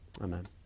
Amen